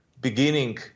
beginning